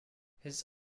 his